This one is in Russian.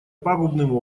пагубным